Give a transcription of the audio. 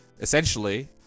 essentially